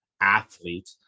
athlete